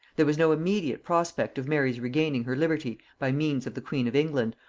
there was no immediate prospect of mary's regaining her liberty by means of the queen of england,